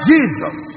Jesus